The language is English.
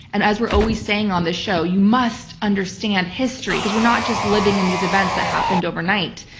and as we're always saying on this show, you must understand history because we're not just living in these events that happened overnight.